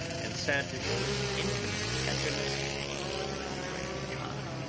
and said, with infinite tenderness friend john,